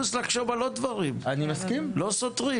לחשוב על עוד דברים, לא סותרים.